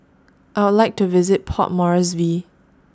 I Would like to visit Port Moresby